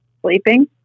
Sleeping